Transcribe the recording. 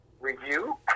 review